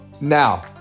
Now